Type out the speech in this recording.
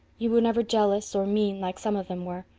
you were never jealous, or mean, like some of them were.